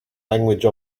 language